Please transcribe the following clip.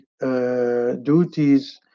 duties